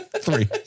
Three